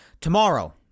Tomorrow